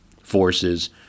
forces